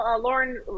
Lauren